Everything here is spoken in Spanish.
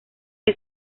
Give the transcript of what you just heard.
que